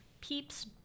peeps